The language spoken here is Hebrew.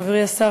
חברי השר,